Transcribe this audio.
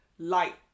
Light